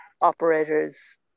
operators